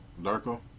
Darko